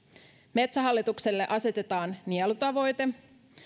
metsähallitukselle asetetaan nielutavoite